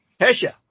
Hesha